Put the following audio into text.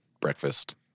breakfast